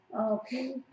okay